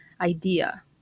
idea